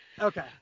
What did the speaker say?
Okay